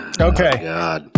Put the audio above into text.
Okay